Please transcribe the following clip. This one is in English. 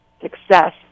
success